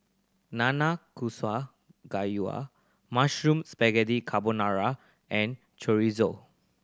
Nanakusa Gayu Mushroom Spaghetti Carbonara and Chorizo